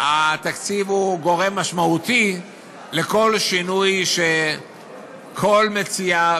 התקציב הוא גורם משמעותי לכל שינוי של כל מציע,